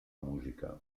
música